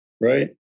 right